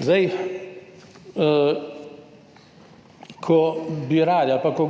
ničli. Nič. Ko